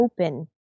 open